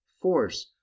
force